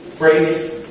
Break